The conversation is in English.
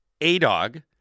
A-Dog